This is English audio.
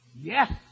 Yes